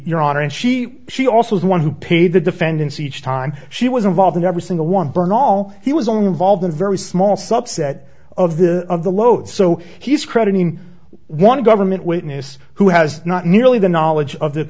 honor and she she also the one who paid the defendants each time she was involved in every single one burn all he was on involved in a very small subset of the of the load so he's crediting one government witness who has not nearly the knowledge of the